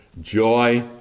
joy